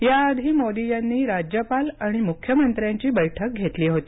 याआधी मोदी यांनी राज्यपाल आणि मुख्यमंत्र्यांची बैठक घेतली होती